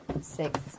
Six